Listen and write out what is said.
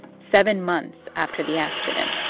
seven months after the accident.